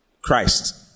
Christ